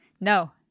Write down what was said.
No